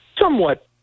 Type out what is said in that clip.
somewhat –